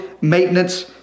maintenance